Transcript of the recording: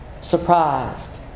surprised